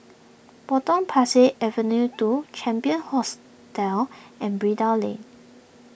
Potong Pasir Avenue two Champion hostel and Lane